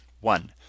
one